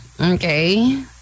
okay